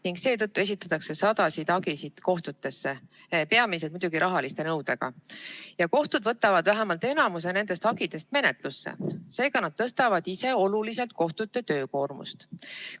ning seetõttu esitatakse sadasid hagisid kohtutesse, peamiselt muidugi rahalise nõudega. Ja kohtud võtavad vähemalt enamiku nendest hagidest menetlusse. Seega nad tõstavad ise oluliselt oma töökoormust.